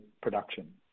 production